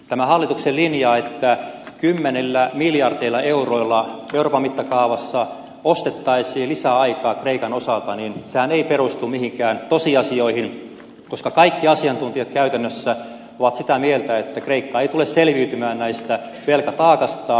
tämä hallituksen linja että kymmenillä miljardeilla euroilla euroopan mittakaavassa ostettaisiin lisäaikaa kreikan osalta ei perustu mihinkään tosiasioihin koska kaikki asiantuntijat käytännössä ovat sitä mieltä että kreikka ei tule selviytymään tästä velkataakastaan